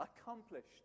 Accomplished